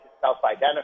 self-identify